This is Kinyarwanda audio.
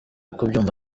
kubyumva